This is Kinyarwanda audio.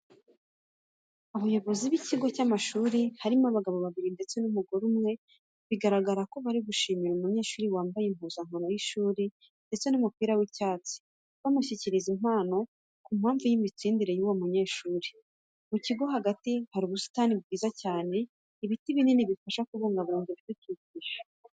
Abayobozi b'ikigo cy'amashuri harimo abagabo babiri ndetse n'umugore umwe, bigaragara ko bari gushimira umunyeshuri wambaye impuzankano y'ishuri ndetse n'umupira w'icyatsi, bamushyikiriza impano ku mpamvu z'imitsindire y'uwo munyeshuri, mu kigo hagati hari ubusitani bwiza cyane, ibiti binini bifasha kubungabunga ibidukikije.